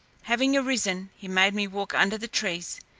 having arisen, he made me walk under the trees,